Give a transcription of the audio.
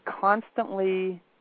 constantly